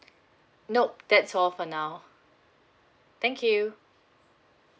nope that's all for now thank you